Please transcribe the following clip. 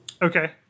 Okay